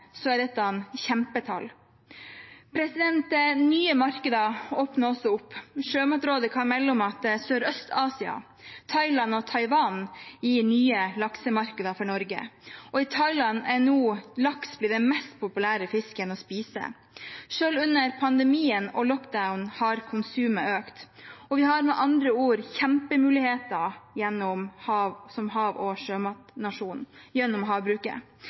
er dette et kjempetall. Nye markeder åpner også opp. Sjømatrådet kan melde om at Sørøst-Asia, Thailand og Taiwan, gir nye laksemarkeder for Norge. I Thailand er laks nå blitt den mest populære fisken å spise. Selv under pandemien og lockdown har konsumet økt. Vi har med andre ord kjempemuligheter som hav- og sjømatnasjon, gjennom havbruket.